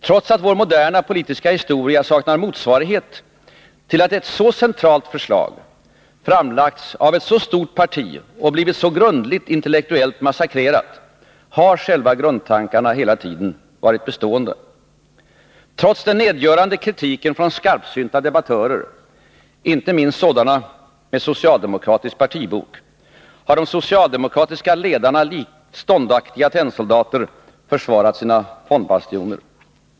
Trots att vår moderna politiska historia saknar motsvarighet till att ett så centralt förslag har framlagts av ett så stort parti och blivit så grundligt intellektuellt massakrerat, har själva grundtankarna hela tiden varit bestående. Trots den nedgörande kritiken från skarpsynta debattörer, inte minst sådana med socialdemokratisk partibok, har de socialdemokratiska ledarna likt ståndaktiga tennsoldater försvarat sina fondbastioner.